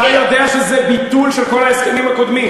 אתה יודע שזה ביטול של כל ההסכמים הקודמים.